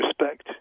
respect